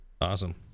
awesome